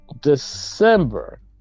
December